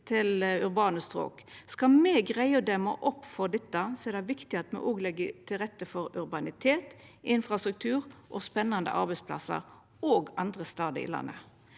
til urbane strøk. Skal me greia å demma opp for dette, er det viktig at me legg til rette for urbanitet, infrastruktur og spennande arbeidsplassar òg andre stader i landet.